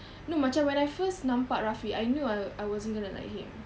no macam when I first nampak rafi I knew I I wasn't gonna like him